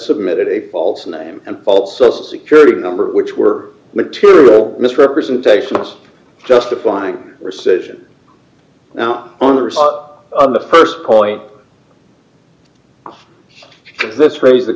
submitted a false name and false social security number which were material misrepresentations justifying rescission now on the st point of this raise the